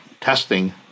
testing